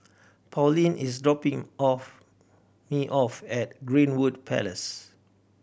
Pauline is dropping off me off at Greenwood Place